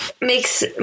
makes